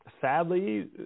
Sadly